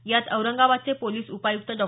यात औरंगाबादचे पोलिस उपायुक्त डॉ